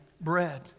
bread